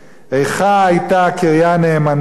איכה היתה קריה נאמנה,